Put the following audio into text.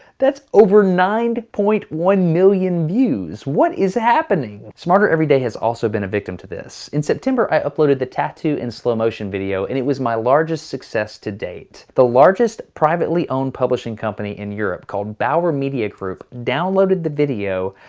that's over nine point one million views. views. what is happening? smarter every day has also been a victim to this. in september i uploaded the tattoo in slow motion video and it was my largest success to date. the largest privately owned publishing company in europe called bauer media group, downloaded the video,